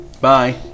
Bye